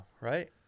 right